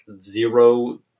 zero